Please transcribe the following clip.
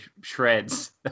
shreds